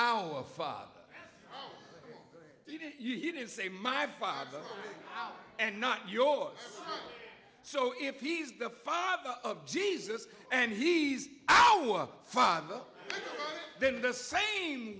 our father you didn't say my father and not yours so if he's the father of jesus and he's our fava then the same